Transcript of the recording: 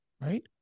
right